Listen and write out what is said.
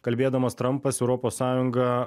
kalbėdamas trampas europos sąjungą